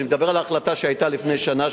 ואני מדבר על ההחלטה שהיתה לפני שנה,